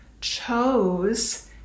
chose